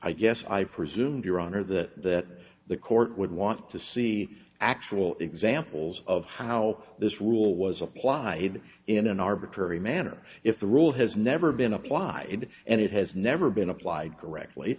i guess i presume your honor that the court would want to see actual examples of how this rule was applied in an arbitrary manner if the rule has never been applied and it has never been applied correctly